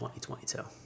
2022